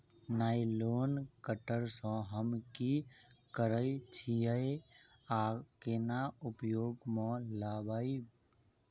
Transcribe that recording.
Nylon cutter सँ हम की करै छीयै आ केना उपयोग म लाबबै?